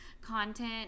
content